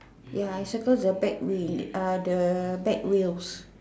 ya I circle the back wind uh the back wheels